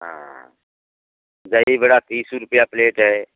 हाँ दही बड़ा तीस रुपया प्लेट है